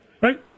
right